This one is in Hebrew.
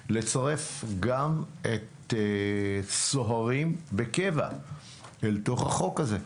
האם לצרף גם סוהרים בקבע אל החוק הזה,